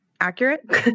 accurate